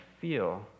feel